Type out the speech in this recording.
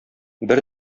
бер